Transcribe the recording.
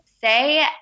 say